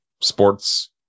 sports